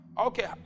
Okay